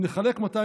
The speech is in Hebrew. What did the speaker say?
אם נחלק 2